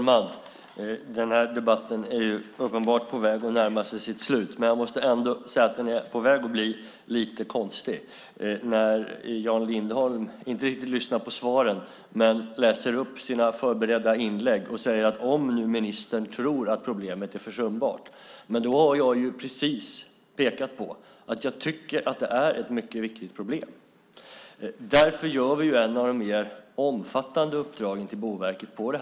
Fru talman! Debatten är uppenbarligen på väg att närma sig sitt slut. Jag måste ändå säga att den är på väg att bli lite konstig. Jan Lindholm lyssnar inte riktigt på svaren, utan läser upp sina förberedda inlägg och säger: Om nu ministern tror att problemet är försumbart, och så vidare. Jag har ju precis pekat på att jag tycker att det är ett mycket viktigt problem. Därför ger vi ett av de mer omfattande uppdragen till Boverket på området.